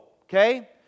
Okay